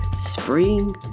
spring